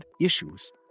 issues